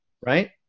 right